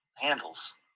handles